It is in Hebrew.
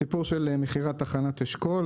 הסיפור של מכירת תחנת אשכול,